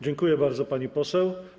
Dziękuję bardzo, pani poseł.